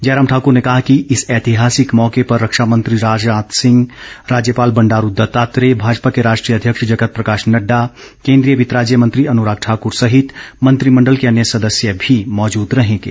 जयराम ठाकुर ने कहा कि इस ऐतिहासिक मौके पर रक्षा मंत्री राजनाथ सिंह राज्यपाल बंडारू दत्तात्रेय भाजपा के राष्ट्रीय अध्यक्ष जगत प्रकाश नड़डा केन्द्रीय वित्त राज्य मंत्री अनुराग ठाकुर सहित मंत्रिमण्डल के अन्य सदस्य भी मौजूद रहेंगे